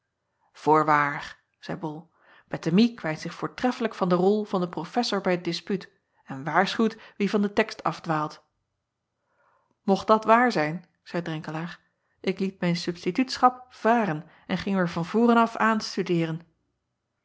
oorwaar zeî ol ettemie kwijt zich voortreffelijk van de rol van den rofessor bij t dispuut en waarschuwt wie van den text afdwaalt ocht dat waar zijn zeî renkelaer ik liet mijn substituutschap varen en ging weêr van voren af aan studeeren